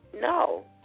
No